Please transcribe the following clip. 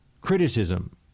criticism